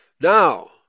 Now